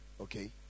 okay